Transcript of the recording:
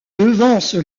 devance